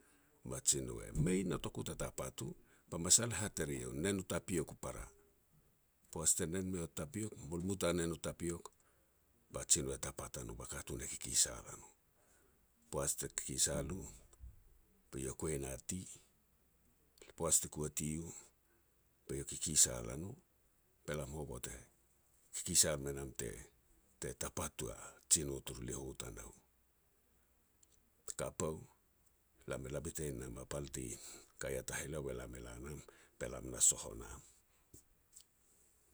ba jino e mei notoku ta tapat u. Ba masal e hat er eiau, "Nen u tapiok u para", poaj te nen meiau u tapiok, mol muta ne no tapiok ba jino e tapat a no ba katun e kikisal a no. Poats te kikisal u, be iau kuai na ti. Poaj te kua ti u be eiau e kikisal a no, be lam hovot e kikisal me nam te-te tapat au a jino turu liho tanou. Te kap au, be lam e la bitein nam a pal ti ka ia taheleo, be lam e la nam be lam na soh o nam.